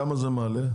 בכמה זה מעלה להן?